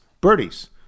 birdies